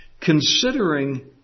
considering